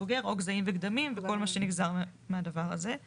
בוגר או גזעים וגדמים וכל מה שנגזר מהדבר הזה.